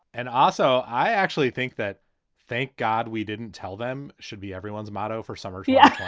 and also, i actually think that thank god we didn't tell them. should be everyone's motto for summer. yeah.